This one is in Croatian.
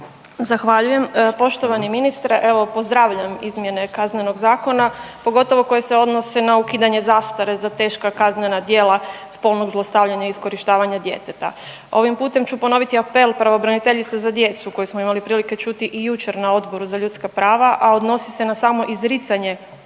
Zahvaljujem. Poštovani ministre. Evo pozdravljam izmjene KZ-a pogotovo koje se odnose na ukidanje zastare za teška kaznena djela spolnog zlostavljanja i iskorištavanja djeteta. Ovim putem ću ponoviti apel pravobraniteljice za djecu koju smo imali prilike čuti i jučer na Odboru za ljudska prava, a odnosi se na samo izricanje